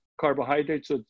carbohydrates